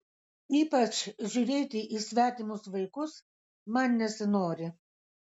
ypač žiūrėti į svetimus vaikus man nesinori